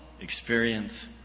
experience